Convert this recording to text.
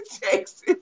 Texas